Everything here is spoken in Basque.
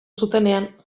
zutenean